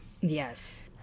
Yes